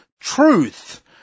truth